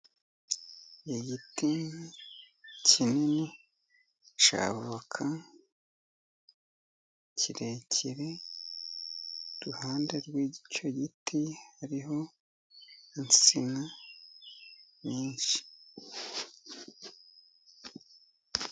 Igiti kinini cy'avoka kirekire , iruhande rw'icyo giti hariho insina nyinshi.